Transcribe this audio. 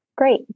Great